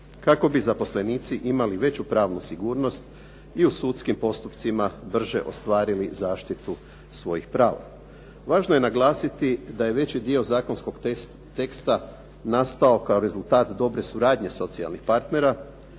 kako bi zaposlenici imali veću pravnu sigurnost i u sudskim postupcima brže ostvarili zaštitu svojih prava. Važno je naglasiti da je veći dio zakonskog teksta nastao kao rezultat dobre suradnje socijalnih partnera.